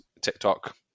TikTok